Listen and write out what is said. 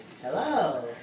Hello